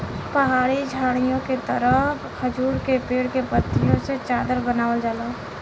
पहाड़ी झाड़ीओ के तरह खजूर के पेड़ के पत्तियों से चादर बनावल जाला